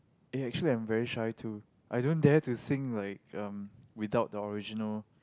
eh actually I'm very shy too I don't dare to sing like um without the original